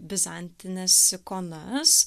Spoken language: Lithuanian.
bizantines ikonas